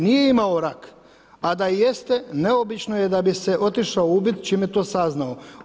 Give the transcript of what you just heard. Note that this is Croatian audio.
Nije imao rak, a da jeste, neobično je da bi se otišao ubiti čim je to saznao.